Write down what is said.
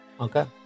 Okay